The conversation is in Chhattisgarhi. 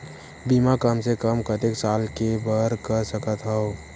बीमा कम से कम कतेक साल के बर कर सकत हव?